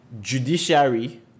judiciary